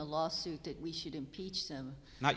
a lawsuit that we should impeach him not